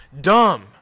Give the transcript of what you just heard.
dumb